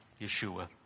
Yeshua